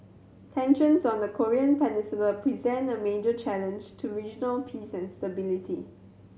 tensions on the Korean Peninsula present a major challenge to regional peace and stability